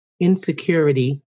insecurity